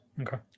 Okay